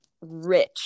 rich